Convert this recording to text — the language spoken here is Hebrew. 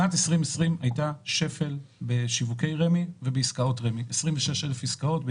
שנת 2020 הייתה שנת שפל בשיווקי רמ"י ובעסקאות רמ"י 26 אלף עסקאות.